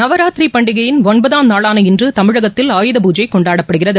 நவராத்திரி பண்டிகையின் ஒன்பதாம் நாளான இன்று தமிழகத்தில் ஆயுதபூஜை கொண்டாடப்படுகிறது